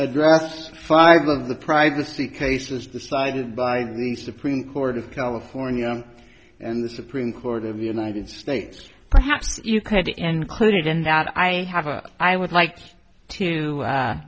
address five of the privacy case was decided by the supreme court of california and the supreme court of the united states perhaps you could include it in that i have a i would like to